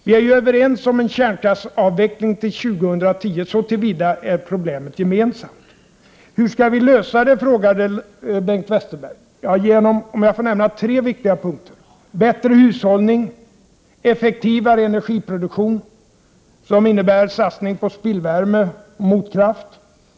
Vi är överens om en kärnkraftavveckling till år 2010. Så till vida är problemet gemensamt. Hur skall vi lösa detta, frågade Bengt Westerberg. Låt mig nämna tre viktiga punkter: 2. Effektivare energiproduktion, som innebär satsning på spillvärme och motkraft.